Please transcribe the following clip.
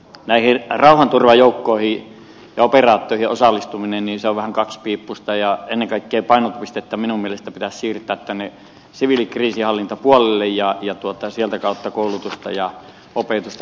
näihin rauhanturvajoukkoihin ja operaatioihin osallistuminen on vähän kaksipiippuista ja ennen kaikkea painopistettä minun mielestäni pitäisi siirtää siviilikriisinhallintapuolelle ja sitä kautta koulutusta ja opetusta